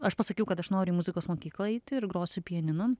aš pasakiau kad aš noriu į muzikos mokyklą eiti ir grosiu pianinu